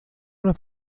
una